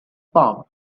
palm